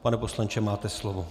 Pan poslanče, máte slovo.